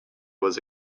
was